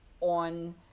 on